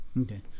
Okay